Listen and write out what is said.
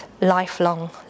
lifelong